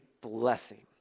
blessing